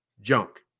junk